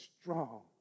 strong